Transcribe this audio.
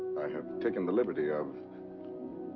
i have taken the liberty of.